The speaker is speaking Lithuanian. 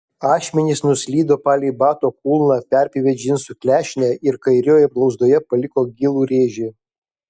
ašmenys nuslydo palei bato kulną perpjovė džinsų klešnę ir kairiojoje blauzdoje paliko gilų rėžį